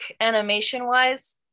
animation-wise